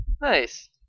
Nice